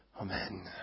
Amen